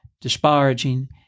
disparaging